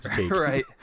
right